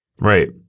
Right